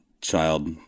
child-